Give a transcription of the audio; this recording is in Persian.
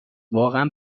واقعا